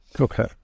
okay